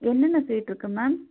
என்னென்ன ஸ்வீட் இருக்குது மேம்